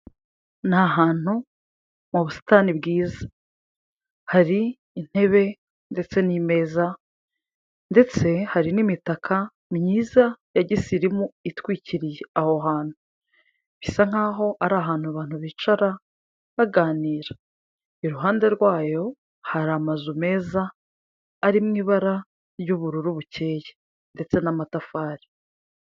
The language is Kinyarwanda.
Ni ahantu mu busitani bwiza, hari intebe ndetse n'imeza ndetse hari n'imitaka myiza ya gisirimu itwikiriye aho hantu, bisa nkaho ari ahantu abantu bicara baganira, iruhande rwayo hari amazu meza ari mu ibara ry'ubururu bukeye ndetse n'amatafari.